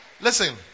Listen